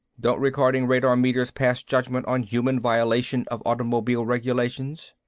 don't recording radar meters pass judgment on human violation of automobile regulations?